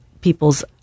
people's